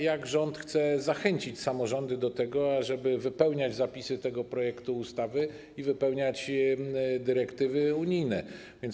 Jak rząd chce zachęcić samorządy do tego, ażeby wypełniać zapisy tego projektu ustawy i wypełniać zapisy dyrektyw unijnych?